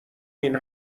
این